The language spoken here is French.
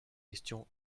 question